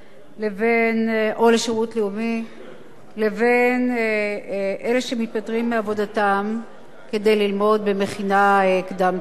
או לשירות לאומי לבין אלה שמתפטרים מעבודתם כדי ללמוד במכינה קדם-צבאית.